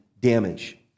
damage